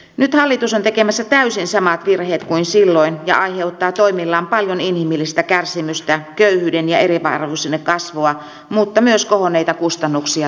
nyt hallitus on tekemässä täysin samat virheet kuin silloin ja aiheuttaa toimillaan paljon inhimillistä kärsimystä köyhyyden ja eriarvoisuuden kasvua mutta myös kohonneita kustannuksia tulevaisuudessa